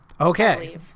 Okay